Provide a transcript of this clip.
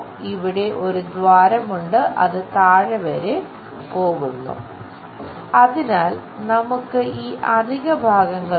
ഇവിടെ ഒരു ദ്വാരം ഉണ്ട് അത് താഴെ വരെ പോകുന്നു അതിനാൽ നമുക്ക് ഈ അധിക ഭാഗങ്ങളുണ്ട്